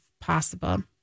possible